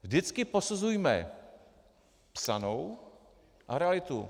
Vždycky posuzujme psanou a realitu.